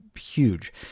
huge